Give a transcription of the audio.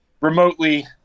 remotely